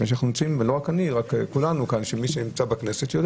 ולא רק אני אלא כולנו כי מי שנמצא בכנסת יודע